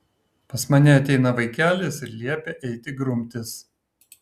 pas mane ateina vaikelis ir liepia eiti grumtis